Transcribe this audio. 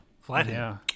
flathead